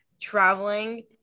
traveling